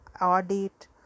audit